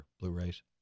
Blu-rays